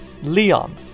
Leon